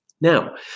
Now